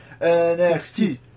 NXT